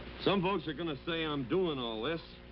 some folks are going to say i'm doing all this.